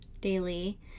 daily